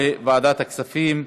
התשע"ז 2017, לוועדת הכספים נתקבלה.